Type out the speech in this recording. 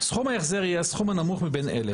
'סכום ההחזר יהיה הסכום הנמוך מבין אלה,